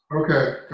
Okay